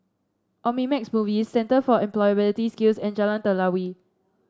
Omnimax Movies Centre for Employability Skills and Jalan Telawi